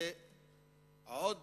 זה עוד